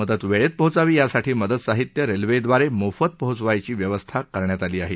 मदत वेळेत पोहोचावी यासाठी मदत साहित्य रेल्वेद्वारे मोफत पोहोचवण्याची व्यवस्था करण्यात आली आहे